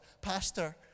pastor